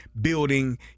building